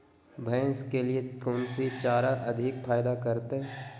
भैंस के लिए कौन सी चारा अधिक फायदा करता है?